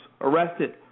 arrested